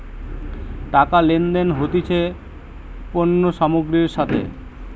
টাকা লেনদেন হতিছে পণ্য সামগ্রীর সাথে